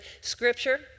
scripture